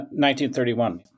1931